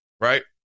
right